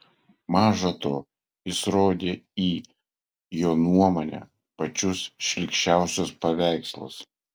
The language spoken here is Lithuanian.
maža to jis rodė į jo nuomone pačius šlykščiausius paveikslus